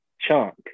chunk